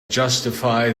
justify